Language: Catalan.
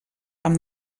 amb